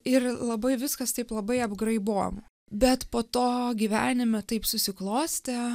ir labai viskas taip labai apgraibom bet po to gyvenime taip susiklostė